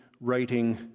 writing